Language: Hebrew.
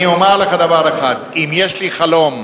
אני אומַר לך דבר אחד, אם יש לי חלום,